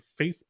facebook